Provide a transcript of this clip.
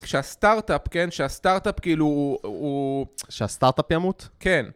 שהסטארט-אפ, כן? שהסטארט-אפ כאילו הוא... שהסטארט-אפ ימות? כן.